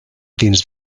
dins